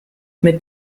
mit